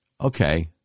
Okay